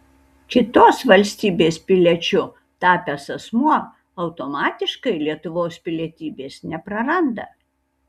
kitos valstybės piliečiu tapęs asmuo automatiškai lietuvos pilietybės nepraranda